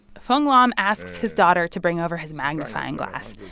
fong lam asks his daughter to bring over his magnifying glass.